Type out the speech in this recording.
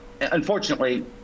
unfortunately